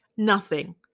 Nothing